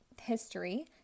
history